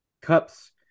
cups